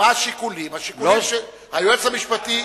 היועץ המשפטי